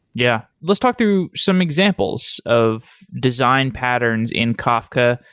yeah. let's talk through some examples of design patterns in kafka.